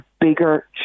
bigger